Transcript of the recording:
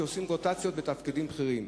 שעושים רוטציות בתפקידים בכירים.